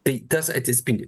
tai tas atsispindi